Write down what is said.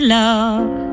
love